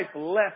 left